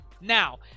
Now